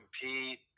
compete